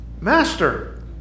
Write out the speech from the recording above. Master